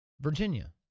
Virginia